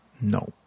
no